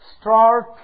start